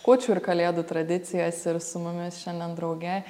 kūčių ir kalėdų tradicijas ir su mumis šiandien drauge